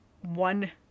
one